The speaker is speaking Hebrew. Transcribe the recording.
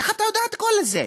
איך אתה יודע את כל זה?